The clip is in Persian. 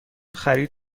خرید